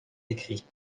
écrits